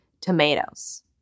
tomatoes